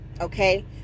okay